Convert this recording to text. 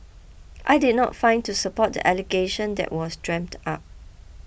I did not find to support the allegation that was dreamt up